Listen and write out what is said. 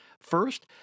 First